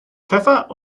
pfeffer